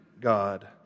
God